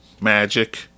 Magic